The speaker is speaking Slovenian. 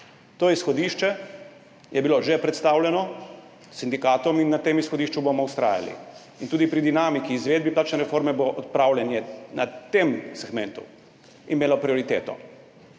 To izhodišče je bilo že predstavljeno sindikatom in na tem izhodišču bomo vztrajali in tudi pri dinamiki izvedbi plačne reforme bo odpravljanje na tem segmentu imelo prioriteto.